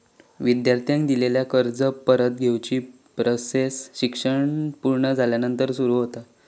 विद्यार्थ्यांका दिलेला कर्ज परत घेवची प्रोसेस शिक्षण पुर्ण झाल्यानंतर सुरू होता